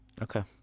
Okay